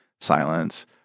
silence